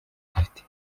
zifite